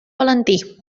valentí